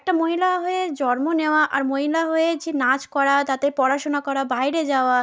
একটা মহিলা হয়ে জন্ম নেওয়া আর মহিলা হয়ে যে নাচ করা তাতে পড়াশোনা করা বাইরে যাওয়া